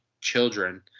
children